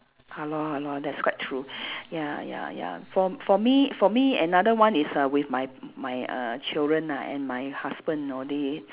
!hannor! !hannor! that's quite true ya ya ya for for me for me another one is err with my my err children ah and my husband know they